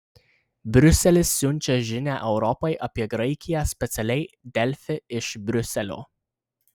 briuselis siunčia žinią europai apie graikiją specialiai delfi iš briuselio